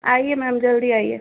आइए मैम जल्दी आइए